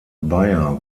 beyer